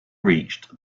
reached